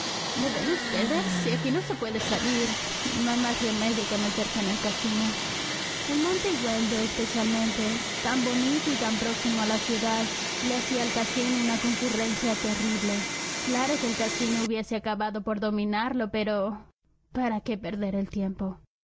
lo ven ustedes si aquí no se puede salir no hay más remedio que meterse en el casino el monte igueldo especialmente tan bonito y tan próximo a la ciudad le hacía al casino una concurrencia terrible claro que el casino hubiese acabado por dominarlo pero para qué perder el tiempo